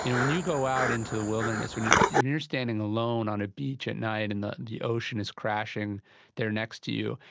you know when you go out into the wilderness, if you you are standing alone on a beach at night and the the ocean is crashing there next to you,